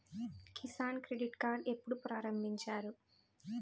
Kisan credit card ఎప్పుడు ప్రారంభించారు?